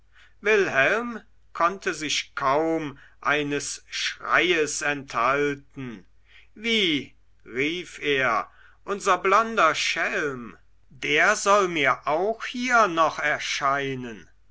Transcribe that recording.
wilhelm konnte sich kaum eines schreies enthalten wie rief er unser blonder schelm der soll mir auch hier noch erscheinen